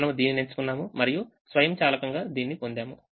మనము దీనిని ఎంచుకున్నాము మరియు స్వయంచాలకంగా దీన్ని పొందాము